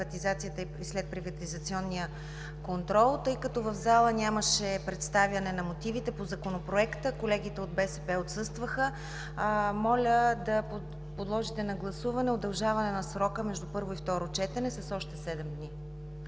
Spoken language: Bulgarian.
и следприватизационен контрол. Тъй като в залата нямаше представяне на мотивите по Законопроекта, колегите от БСП отсъстваха, моля да подложите на гласуване удължаване на срока между първо и второ четене с още седем